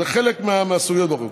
זה חלק מהסוגיות בחוק.